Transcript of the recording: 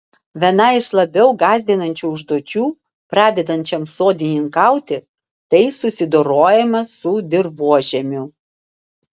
viena iš labiau gąsdinančių užduočių pradedančiam sodininkauti tai susidorojimas su dirvožemiu